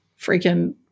freaking